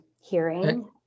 hearing